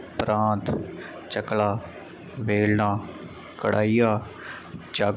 ਪ੍ਰਾਂਤ ਚੱਕਲਾ ਵੇਲ੍ਹਣਾ ਕੜਾਈਆ ਜੱਗ